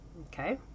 okay